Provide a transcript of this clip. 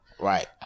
Right